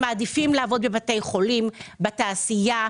הם מעדיפים לעבוד בבתי חולים, בתעשייה.